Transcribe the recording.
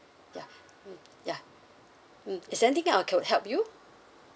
ya mm ya mm is there anything I could help you